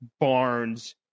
Barnes